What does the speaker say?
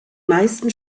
meiste